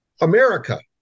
America